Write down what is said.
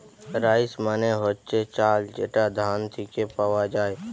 rice মানে হচ্ছে চাল যেটা ধান থিকে পাওয়া যায়